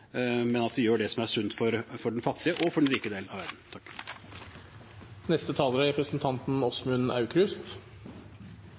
men at vi gjør det som er sunt for den fattige og for den rike delen av verden.